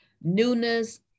newness